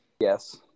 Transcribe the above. Yes